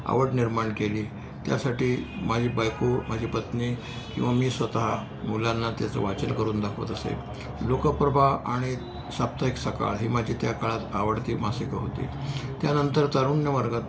आवड निर्माण केली त्यासाठी माझी बायको माझी पत्नी किंवा मी स्वतः मुलांना त्याचं वाचन करून दाखवत असे लोकप्रभा आणि साप्ताहिक सकाळ ही माझी त्या काळात आवडती मासिकं होती त्यानंतर तारुण्य वर्गात